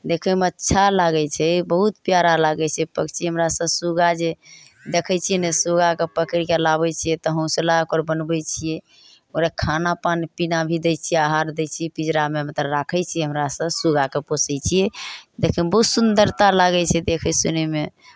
देखैमे अच्छा लागै छै बहुत प्यारा लागै छै पक्षी हमरा सभ सुग्गा जे देखै छियै ने सुग्गाकेँ पकड़ि कऽ लाबै छियै तऽ घोँसला ओकर बनबै छियै ओकरा खाना पाना पीना भी दै छियै आहार दै छियै पिञ्जड़ामे हम तऽ राखै छियै हमरा सभ सुग्गाकेँ पोसै छियै देखैमे बहुत सुन्दरता लागै छै देखै सुनैमे